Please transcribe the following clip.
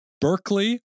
Berkeley